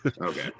okay